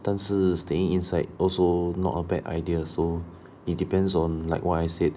但是 staying inside also not a bad idea so it depends on like what I said